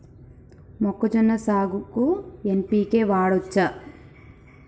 మొక్కజొన్న సాగుకు ఎన్.పి.కే వాడచ్చా?